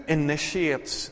initiates